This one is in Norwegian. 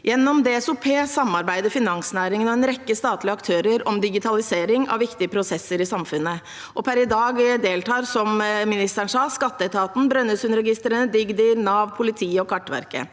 Gjennom DSOP samarbeider finansnæringen og en rekke statlige aktører om digitalisering av viktige prosesser i samfunnet, og per i dag deltar – som ministeren sa – skatteetaten, Brønnøysundregistrene, Digdir, Nav, politiet og Kartverket.